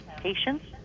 patience